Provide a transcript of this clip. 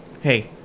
Hey